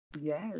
Yes